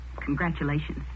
Congratulations